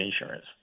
insurance